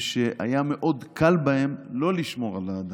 שהיה מאוד קל בהם לא לשמור על ההדר.